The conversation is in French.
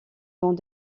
vents